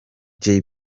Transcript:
jay